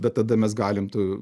bet tada mes galim tų